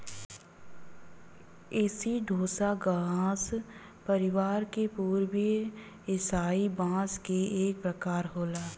एसिडोसा घास परिवार क पूर्वी एसियाई बांस क एक प्रकार होला